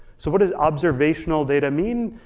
so what does observational data mean?